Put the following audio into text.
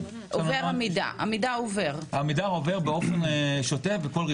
המידע עובר באופן שוטף בכל רבעון,